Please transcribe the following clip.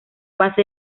base